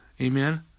Amen